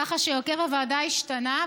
ככה שהרכב הוועדה השתנה,